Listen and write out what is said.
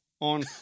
on